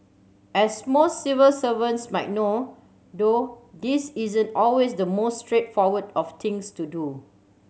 as most civil servants might know though this isn't always the most straightforward of things to do